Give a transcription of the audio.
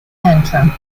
antrim